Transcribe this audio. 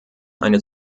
eine